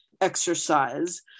exercise